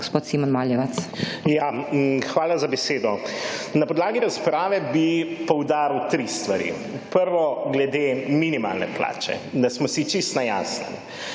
Hvala za besedo. Na podlagi razprave bi poudaril tri stvari. Prvo glede minimalne plače. Da smo si čisto na jasnem.